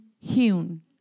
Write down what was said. hewn